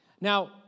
Now